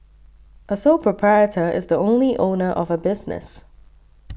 a sole proprietor is the only owner of a business